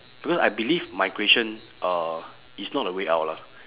because I believe migration uh is not the way out lah